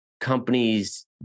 companies